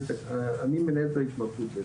אני מנהל את ההתמחות.